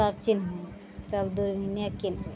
तब चिन्हबनि सब दूरबीने किनबनि